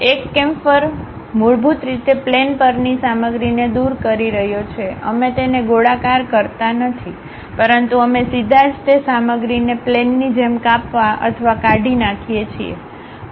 એક કેમ્ફર મૂળભૂત રીતે પ્લેન પરની સામગ્રીને દૂર કરી રહ્યો છે અમે તેને ગોળાકાર કરતા નથી પરંતુ અમે સીધા જ તે સામગ્રીને પ્લેનની જેમ કાપવા અથવા કાઢી નાખીએ છીએ